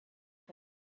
him